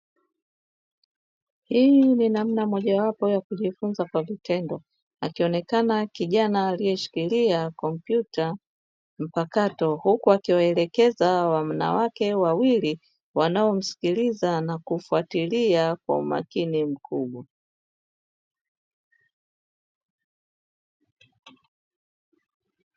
Hii ni namna mojawapo ya kujifunza kwa vitendo, akionekana kijana aliyeshikilia kompyuta mpakato, huku akiwaelekeza wanawake wawili wanaomsikiliza na kumfuatilia kwa umakini mkubwa.